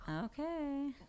Okay